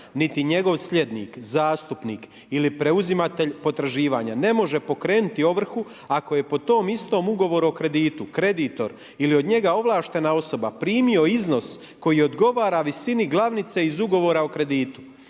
niti njegov slijednik, zastupnik ili preuzimatelj potraživanja ne može pokrenuti ovrhu ako je po tom istom Ugovoru o kreditu, kreditor ili od njega ovlaštena osoba primio iznos koji odgovora visini glavnice iz Ugovora o kreditu.